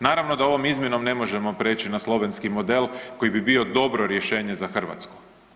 Naravno da ovom izmjenom ne možemo prijeći na slovenski model koji bi bio dobro rješenje za Hrvatsku.